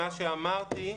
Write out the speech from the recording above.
מה שאמרתי,